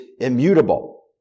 immutable